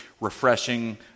refreshing